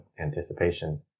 anticipation